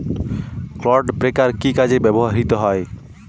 Clod breaker কি কাজে ব্যবহৃত হয়?